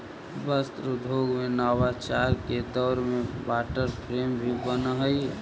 वस्त्र उद्योग में नवाचार के दौर में वाटर फ्रेम भी बनऽ हई